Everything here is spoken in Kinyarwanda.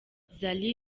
zari